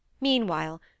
Meanwhile